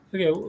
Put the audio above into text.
Okay